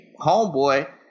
homeboy